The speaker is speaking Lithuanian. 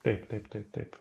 taip taip taip taip